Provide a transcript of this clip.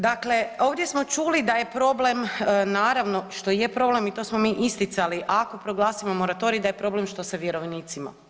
Dakle, ovdje smo čuli da je problem, naravno što i je problem i to smo mi isticali, ako proglasimo moratorij da je problem što sa vjerovnicima.